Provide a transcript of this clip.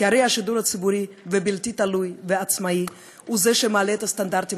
כי הרי שידור ציבורי בלתי תלוי ועצמאי הוא שמעלה את הסטנדרטים